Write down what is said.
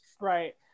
right